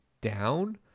down